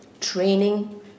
training